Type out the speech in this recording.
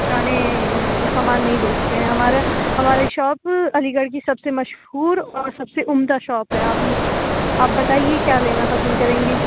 پرانے سامان نہیں بیچتے ہیں ہمارا ہمارے شاپ علی گڑھ کی سب سے مشہور اور سب سے عمدہ شاپ ہے آپ نے آپ بتائیے کیا لینا پسند کریں گی